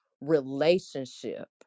relationship